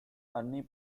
early